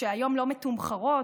שהיום לא מתומחרות,